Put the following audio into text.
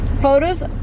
Photos